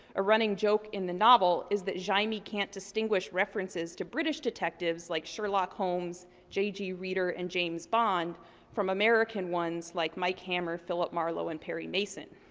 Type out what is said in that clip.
a running joke in the novel is that jaime can't distinguish references to british detectives like sherlock holmes, j g. reeder and james bond from american ones like mike hammer, philip marlow and perry mason.